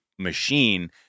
machine